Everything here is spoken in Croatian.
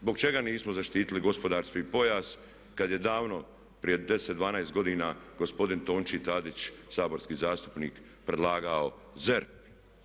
Zbog čega nismo zaštitili gospodarski pojas kad je davno, prije 10, 12 godina, gospodin Tonči Tadić saborski zastupnik predlagao ZERP?